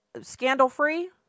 scandal-free